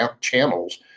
channels